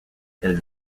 elle